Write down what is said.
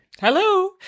Hello